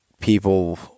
people